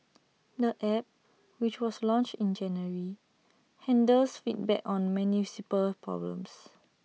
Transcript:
the app which was launched in January handles feedback on municipal problems